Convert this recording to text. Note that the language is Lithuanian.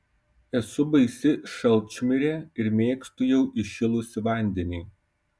esu baisi šalčmirė ir mėgstu jau įšilusį vandenį